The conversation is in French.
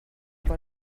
pas